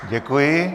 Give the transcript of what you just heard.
Děkuji.